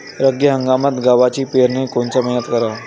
रब्बी हंगामात गव्हाची पेरनी कोनत्या मईन्यात कराव?